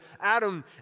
Adam